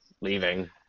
leaving